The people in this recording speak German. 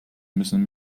müssen